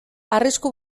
arrisku